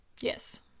Yes